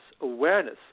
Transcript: awareness